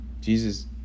Jesus